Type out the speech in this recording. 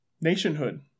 Nationhood